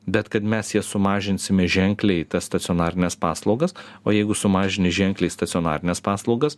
bet kad mes jas sumažinsime ženkliai tas stacionarines paslaugas o jeigu sumažini ženkliai stacionarines paslaugas